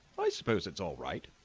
i suppose it's all right,